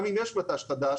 גם אם יש מט"ש חדש